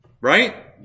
Right